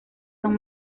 son